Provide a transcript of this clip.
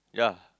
ya